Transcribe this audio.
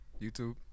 YouTube